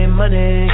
money